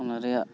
ᱚᱱᱟ ᱨᱮᱭᱟᱜ